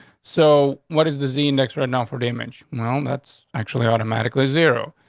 so what is the scene next? right now for damage? well, that's actually automatically zero.